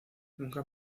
nunca